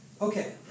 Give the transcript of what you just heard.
Okay